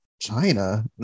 china